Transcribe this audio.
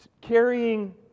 carrying